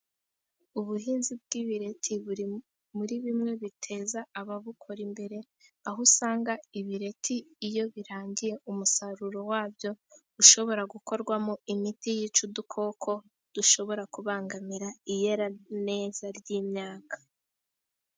Ubuhinzi bw'ibireti buri muri bimwe biteza ababukora imbere, aho usanga ibireti iyo birangiye, umusaruro wa byo ushobora gukorwamo imiti yica udukoko, dushobora kubangamira iyera neza ry'imyaka.